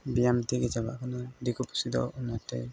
ᱵᱮᱭᱟᱢ ᱛᱮᱜᱮ ᱪᱟᱵᱟᱜ ᱠᱟᱱᱟ ᱫᱤᱠᱩ ᱯᱩᱥᱤ ᱫᱚ ᱚᱱᱟᱛᱮ